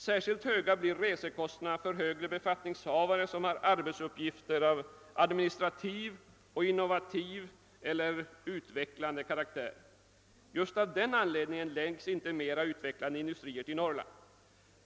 Särskilt höga blir resekostnaderna för högre befattningshavare som har arbetsuppgifter av administrativ och innovativ eller utvecklande karaktär. Just av denna an ledning förläggs inte mer utvecklade industrier till Norrland.